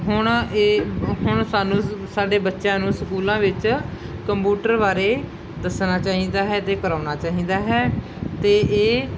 ਹੁਣ ਇਹ ਹੁਣ ਸਾਨੂੰ ਸਾਡੇ ਬੱਚਿਆਂ ਨੂੰ ਸਕੂਲਾਂ ਵਿੱਚ ਕੰਪੂਟਰ ਬਾਰੇ ਦੱਸਣਾ ਚਾਹੀਦਾ ਹੈ ਅਤੇ ਕਰਾਉਣਾ ਚਾਹੀਦਾ ਹੈ ਅਤੇ ਇਹ